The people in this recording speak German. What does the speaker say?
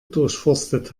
durchforstet